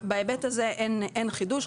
בהיבט הזה אין חידוש.